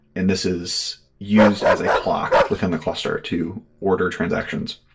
and this is used as a clock within the cluster to order transactions.